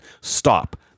Stop